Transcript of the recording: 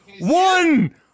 One